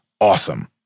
awesome